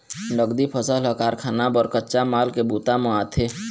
नगदी फसल ह कारखाना बर कच्चा माल के बूता म आथे